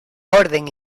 orden